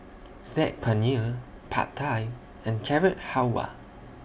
Saag Paneer Pad Thai and Carrot Halwa